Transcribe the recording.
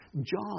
John